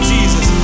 Jesus